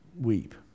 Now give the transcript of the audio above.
weep